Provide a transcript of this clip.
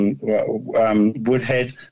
Woodhead